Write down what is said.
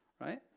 Right